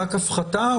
רק הפחתה?